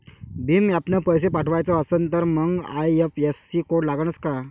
भीम ॲपनं पैसे पाठवायचा असन तर मंग आय.एफ.एस.सी कोड लागनच काय?